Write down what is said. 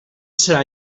serà